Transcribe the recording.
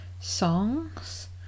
songs